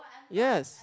yes